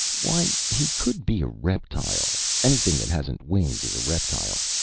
why, he could be a reptile anything that hasn't wings is a reptile.